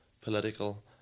political